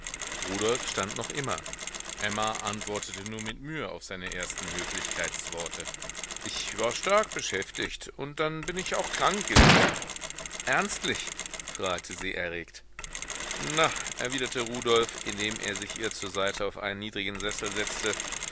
rudolf stand noch immer emma antwortete nur mit mühe auf seine ersten höflichkeitsworte ich war stark beschäftigt und dann bin ich auch krank gewesen ernstlich fragte sie erregt na erwiderte rudolf indem er sich ihr zur seite auf einen niedrigen sessel setzte